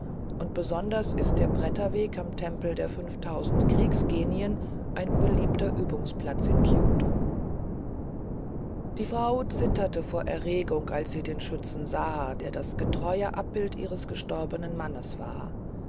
und besonders ist der bretterweg am tempel der fünftausend kriegsgenien ein beliebter übungsplatz in kioto die frau zitterte vor erregung als sie den schützen sah der das getreue abbild ihres gestorbenen mannes war